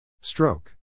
Stroke